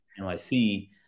NYC